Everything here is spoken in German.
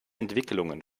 entwicklungen